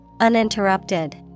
Uninterrupted